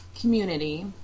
community